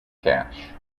cash